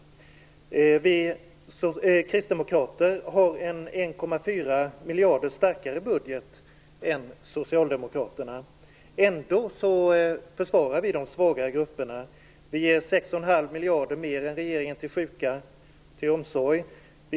Vi kristdemokrater har en 1,4 miljarder starkare budget än socialdemokraterna. Ändå försvarar vi de svagare grupperna. Vi ger 6 1⁄2 miljarder mer än regeringen till sjuka, till omsorg.